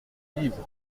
livres